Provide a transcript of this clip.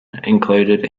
included